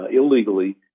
illegally